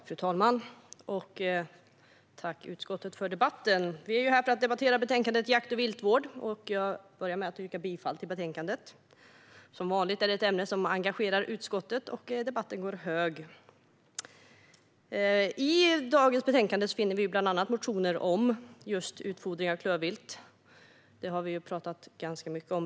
Fru talman! Jag tackar utskottet för debatten. Vi är här för att debattera betänkandet Jakt och viltvård . Jag yrkar bifall till förslaget i betänkandet. Som vanligt är detta ett ämne som engagerar utskottet, och debatten går hög. I dagens betänkande finner vi bland annat motioner om utfodring av klövvilt. Detta har vi redan pratat ganska mycket om.